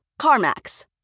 CarMax